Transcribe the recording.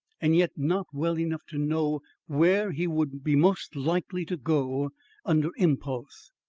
and yet not well enough to know where he would be most likely to go under impulse.